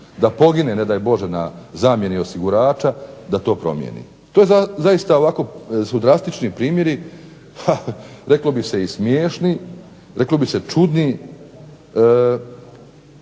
da pogine ne daj Bože na zamjeni osigurača, da to promijeni. To je zaista ovako su drastični primjeri, reklo bi se i smiješni i čudni